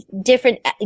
different